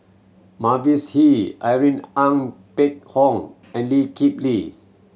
Mavis Hee Irene Ng Phek Hoong and Lee Kip Lee